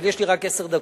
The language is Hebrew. אבל יש לי רק עשר דקות.